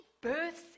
births